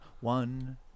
One